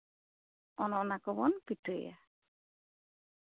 ᱚᱮᱱ ᱚᱱᱟ ᱠᱚᱵᱚᱱ ᱯᱤᱴᱷᱟᱹᱭᱟ